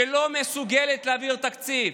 שלא מסוגלת להעביר תקציב.